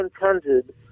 intended